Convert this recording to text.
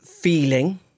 Feeling